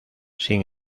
sin